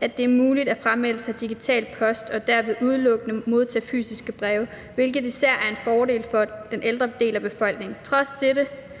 at det er muligt at framelde sig digital post og derved udelukkende modtage fysiske breve, hvilket især er en fordel for den ældre del af befolkningen.